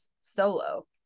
solo